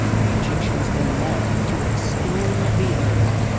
the egyptians then left to explore the earth.